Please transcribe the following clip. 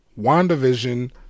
WandaVision